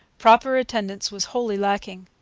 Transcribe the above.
proper attendance was wholly lacking.